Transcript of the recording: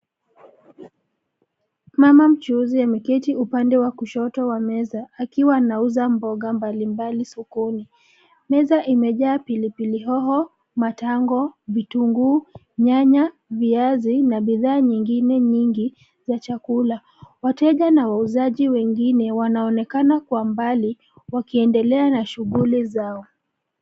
Mama mchuuzi ameketi upande wa kushoto wa meza, akiwa anauza mboga mbalimbali sokoni, meza imejaa pilipili hoho, matango, vitunguu, nyanya, viazi na bidhaa nyingine nyingi, za chakula, wateja na wauzaji wengine wanaonekana kwa mbali, wakiendelea na shughuli zao.